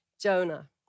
Jonah